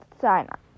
sign-up